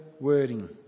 wording